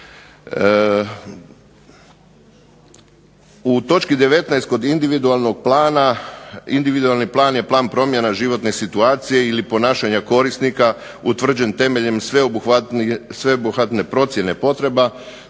U točki 19. kod individualnog plana, individualni plan je plan promjena životne situacije ili ponašanja korisnika utvrđen temeljem sveobuhvatne procjene potreba,